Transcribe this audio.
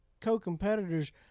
co-competitors